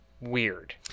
weird